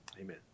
amen